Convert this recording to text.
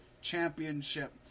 Championship